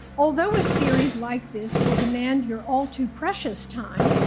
although a series like this will demand your all-too-precious time,